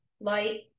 light